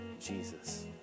Jesus